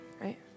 Right